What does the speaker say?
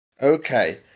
Okay